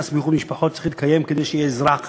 שנכנס באיחוד משפחות כדי שיהיה אזרח,